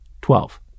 Twelve